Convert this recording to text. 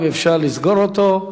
אם אפשר, לסגור אותו.